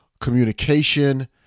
communication